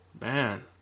man